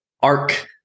Arc